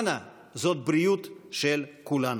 אנא, זו הבריאות של כולנו.